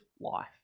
life